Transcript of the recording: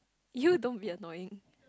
you don't be annoying